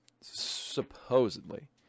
Supposedly